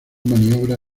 maniobra